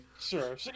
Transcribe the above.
Sure